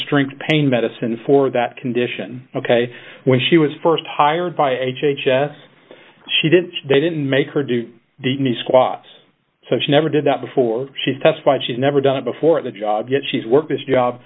strength pain medicine for that condition ok when she was st hired by h h s she didn't they didn't make her do dini squats so she never did that before she's testified she's never done it before the job yet she's worked this job